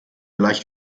leicht